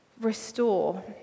restore